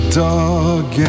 dog